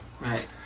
Right